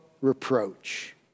reproach